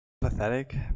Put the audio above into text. pathetic